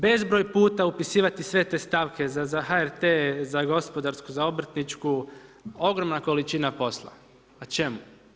Bezbroj puta upisivati sve te stavke za HRT, za gospodarsku, za obrtničku, ogromna količina posla a čemu?